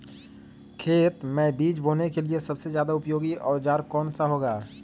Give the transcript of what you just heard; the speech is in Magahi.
खेत मै बीज बोने के लिए सबसे ज्यादा उपयोगी औजार कौन सा होगा?